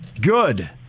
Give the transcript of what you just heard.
Good